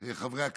חברי הכנסת,